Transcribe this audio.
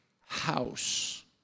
house